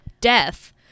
death